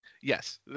Yes